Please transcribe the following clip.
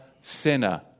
sinner